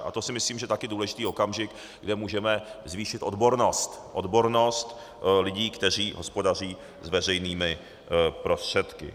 A to si myslím, že je také důležitý okamžik, kde můžeme zvýšit odbornost, odbornost lidí, kteří hospodaří s veřejnými prostředky.